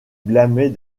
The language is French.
blâmait